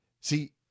See